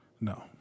No